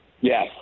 yes